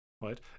right